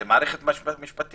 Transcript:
זו מערכת משפטית.